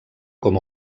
com